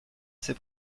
ces